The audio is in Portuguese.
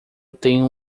tenho